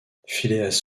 phileas